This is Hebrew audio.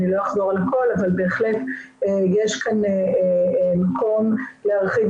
לא אחזור על הכל אבל בהחלט יש כאן מקום להרחיב